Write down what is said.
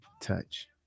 Touch